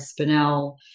spinel